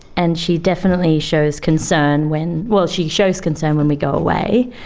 and she definitely shows concern when, well, she shows concern when we go away,